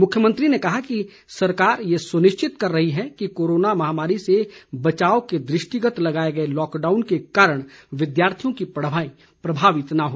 मुख्यमंत्री ने कहा कि सरकार ये सुनिश्चित कर रही है कि कोरोना महामारी से बचाव के दृष्टिगत लगाए गए लॉकडाउन के कारण विद्यार्थियों की पढ़ाई प्रभावित न हो